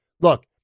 Look